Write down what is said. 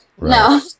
No